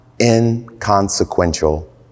inconsequential